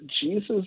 Jesus